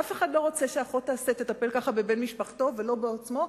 אף אחד לא רוצה שאחות תטפל כך בבן משפחתו או בו עצמו,